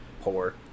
poor